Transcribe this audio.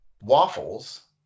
Waffles